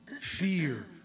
fear